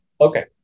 Okay